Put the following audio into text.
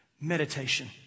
Meditation